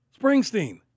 Springsteen